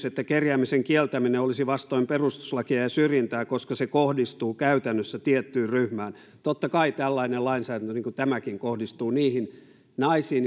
että kerjäämisen kieltäminen olisi vastoin perustuslakia ja syrjintää koska se kohdistuu käytännössä tiettyyn ryhmään totta kai tällainen lainsäädäntö niin kuin tämäkin kohdistuu niihin naisiin